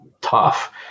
tough